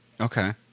Okay